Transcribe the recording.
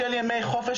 של ימי חופש,